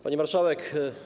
Pani Marszałek!